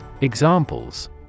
Examples